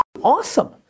awesome